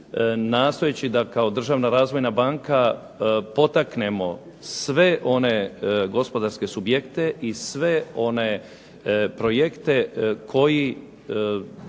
nastojeći da kao državna razvojna banka potaknemo sve one gospodarske subjekte i sve one projekte koji